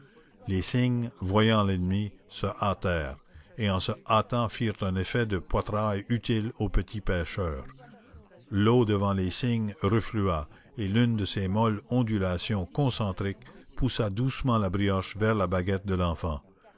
les cygnes voyant l'ennemi se hâtèrent et en se hâtant firent un effet de poitrail utile au petit pêcheur l'eau devant les cygnes reflua et l'une de ces molles ondulations concentriques poussa doucement la brioche vers la baguette de l'enfant